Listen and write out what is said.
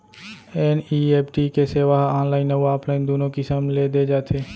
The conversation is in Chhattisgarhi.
एन.ई.एफ.टी के सेवा ह ऑनलाइन अउ ऑफलाइन दूनो किसम ले दे जाथे